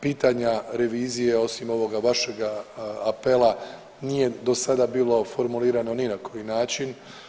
Pitanja revizije osim ovoga vašega apela nije do sada bilo formulirano ni na koji način.